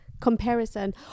comparison